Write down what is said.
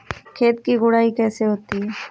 खेत की गुड़ाई कैसे होती हैं?